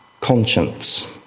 conscience